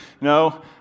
No